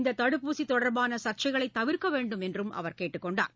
இந்த தடுப்பூசி தொடர்பான சர்ச்சைகளை தவிர்க்க வேண்டும் என்றும் அவர் கேட்டுக் கொண்டார்